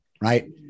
right